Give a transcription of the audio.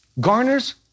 garners